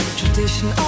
tradition